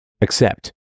accept